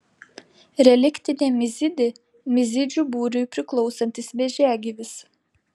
reliktinė mizidė mizidžių būriui priklausantis vėžiagyvis